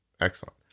Excellent